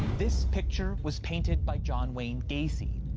this picture was painted by john wayne gacy,